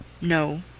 No